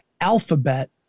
alphabet